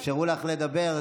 אפשרו לך לדבר,